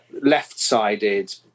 left-sided